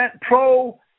pro